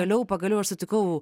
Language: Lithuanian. vėliau pagaliau aš sutikau